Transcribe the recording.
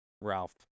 Ralph